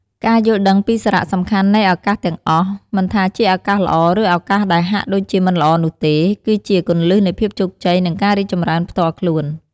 ការយល់ដឹងពីសារៈសំខាន់នៃឱកាសទាំងអស់ មិនថាជាឱកាសល្អ ឬឱកាសដែលហាក់ដូចជាមិនល្អនោះទេ គឺជា គន្លឹះនៃភាពជោគជ័យ និងការរីកចម្រើនផ្ទាល់ខ្លួន។